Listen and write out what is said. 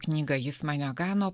knygą jis mane gano